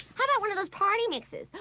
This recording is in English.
how about one of those party mixes?